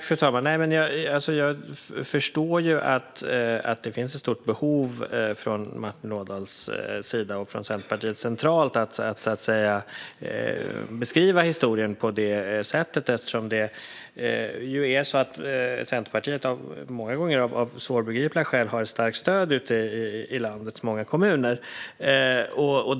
Fru talman! Jag förstår att det finns ett stort behov från Martin Ådahls sida och från Centerpartiet centralt att beskriva historien på det här sättet eftersom Centerpartiet, många gånger av svårbegripliga skäl, har ett starkt stöd ute i landets många kommuner.